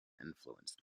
influenced